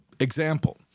Example